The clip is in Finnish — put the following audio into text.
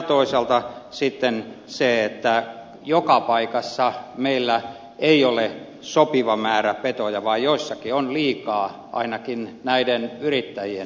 toisaalta sitten joka paikassa meillä ei ole sopivaa määrää petoja vaan jossakin on liikaa ainakin näiden yrittäjien näkökulmasta